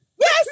Yes